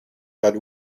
had